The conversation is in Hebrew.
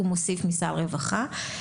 הוא מוסיף מסל רווחה.